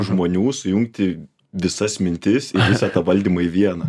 žmonių sujungti visas mintis visą tą valdymą į vieną